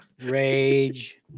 Rage